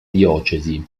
diocesi